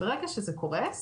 ברגע שזה קורס,